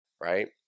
right